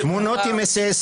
תמונות עם אס-אס.